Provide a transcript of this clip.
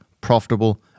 profitable